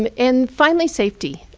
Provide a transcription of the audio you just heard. um and finally, safety,